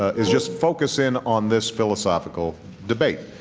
is just focus in on this philosophical debate.